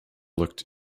looked